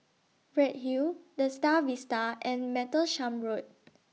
Redhill The STAR Vista and Martlesham Road